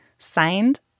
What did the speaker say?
Signed